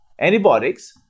antibiotics